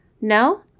No